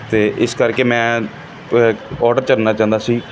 ਅਤੇ ਇਸ ਕਰਕੇ ਮੈਂ ਆਰਡਰ ਕਰਨਾ ਚਾਹੁੰਦਾ ਸੀ